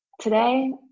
Today